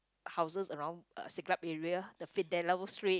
houses around uh Siglap area the Fidelio Street